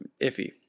iffy